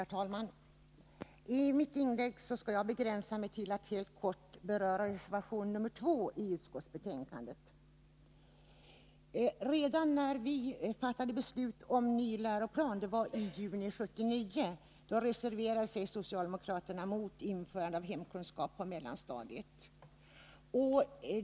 Herr talman! I mitt inlägg skall jag begränsa mig till att helt kort beröra reservation 2 i utskottsbetänkandet. Redan när vi fattade beslut om ny läroplan i juni 1979, reserverade sig socialdemokraterna mot införande av hemkunskap på mellanstadiet.